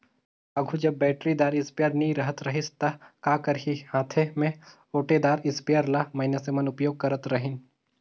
आघु जब बइटरीदार इस्पेयर नी रहत रहिस ता का करहीं हांथे में ओंटेदार इस्परे ल मइनसे मन उपियोग करत रहिन